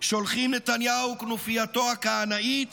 שולחים נתניהו וכנופייתו הקנאית